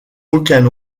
aucun